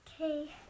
okay